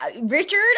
Richard